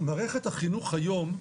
מערכת החינוך היום,